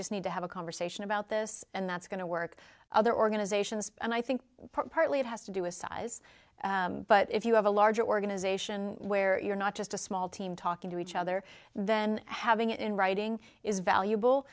just need to have a conversation about this and that's going to work other organizations and i think partly it has to do a size but if you have a larger organization where you're not just a small team talking to each other then having it in writing is valuable